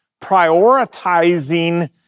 prioritizing